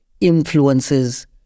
influences